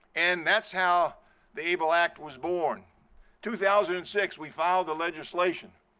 and that's how the able act was born two thousand and six we filed a legislation.